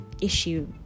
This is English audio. issue